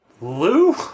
Lou